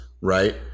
right